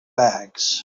bags